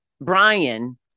Brian